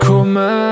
Come